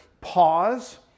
pause